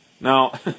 Now